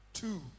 two